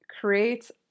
creates